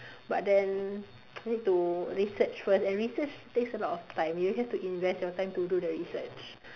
but then need to research first and research takes a lot of time you have to invest your time to do the research